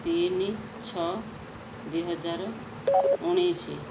ତିନି ଛଅ ଦିହଜାର ଉଣେଇଶ